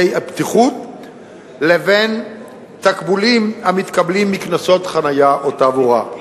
הבטיחות לבין תקבולים המתקבלים מקנסות חנייה או תעבורה.